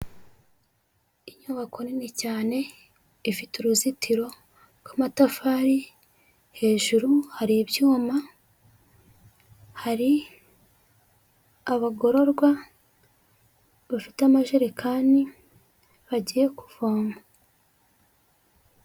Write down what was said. Inyubako nini cyane, ifite uruzitiro rw'amatafari, hejuru hari ibyuma, hari abagororwa bafite amajerekani bagiye kuvoma.